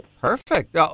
Perfect